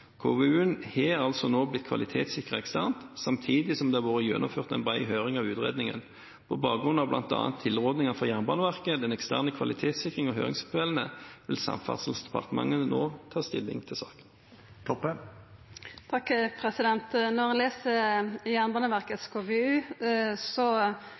eksternt, samtidig som det har vært gjennomført en bred høring av utredningen. På bakrunn av bl.a. tilrådingene fra Jernbaneverket, den eksterne kvalitetssikringen og høringsinnspillene vil Samferdselsdepartementet nå ta stilling til saken. Når ein les KVU-en til Jernbaneverket,